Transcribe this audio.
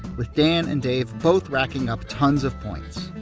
with dan and dave both racking up tons of points.